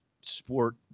sport